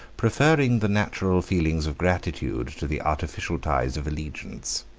preferring the natural feelings of gratitude to the artificial ties of allegiance.